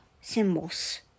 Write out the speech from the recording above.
symbols